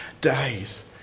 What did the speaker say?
days